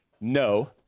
No